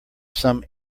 some